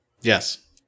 Yes